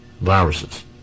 viruses